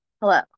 Hello